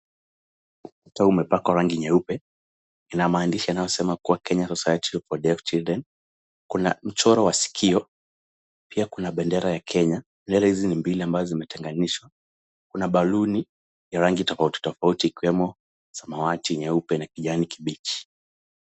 Ukuta umepakwa rangi nyeupe. Ina maandishi yanayosema kuwa Kenya Society for Deaf Children . Kuna mchoro wa sikio. Pia kuna bendera ya Kenya. Bndera hizi ni mili ambazo zimetenganishwa. Kuna balloon za rangi tofauti tofauti ikiwemo samawati, nyeupe na kijani kibichi.